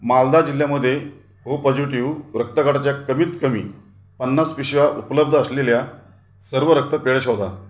मालदा जिल्ह्यामध्ये O positive रक्तगटाच्या कमीतकमी पन्नास पिशव्या उपलब्ध असलेल्या सर्व रक्तपेढ्या शोधा